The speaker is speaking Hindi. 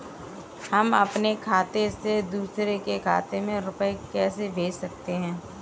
हम अपने खाते से दूसरे के खाते में रुपये कैसे भेज सकते हैं?